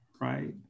right